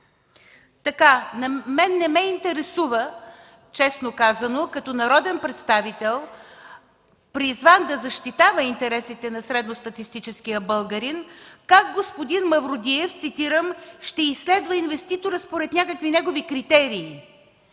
лица. Мен не ме интересува, честно казано, като народен представител, призван да защитава интересите на средностатистическия българин, как господин Мавродиев, цитирам, „ще изследва инвеститора”, според някакви негови критерии.